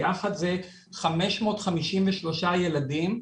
ביחד זה 553 ילדים.